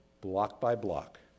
block-by-block